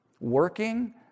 working